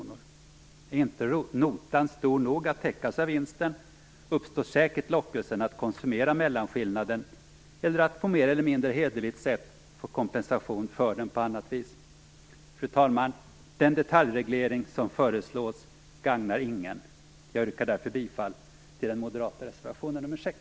Är inte notan stor nog att täckas av vinsten uppstår säkert lockelsen att konsumera mellanskillnaden, eller att på ett mer eller mindre hederligt sätt få kompensation för den. Fru talman! Den detaljreglering som föreslås gagnar ingen. Jag yrkar därför bifall till den moderata reservationen nr 6.